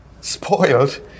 spoiled